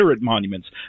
monuments